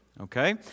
Okay